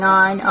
on